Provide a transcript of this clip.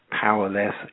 powerless